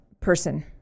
person